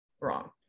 wrong